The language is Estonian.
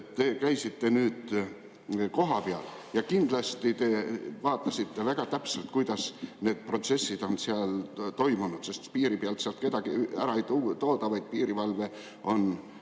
Te käisite nüüd kohapeal ja kindlasti vaatasite väga täpselt, kuidas need protsessid on seal toimunud. Piiri pealt kedagi ära ei tooda, vaid piirivalve on seal